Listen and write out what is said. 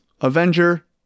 Avenger